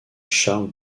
charles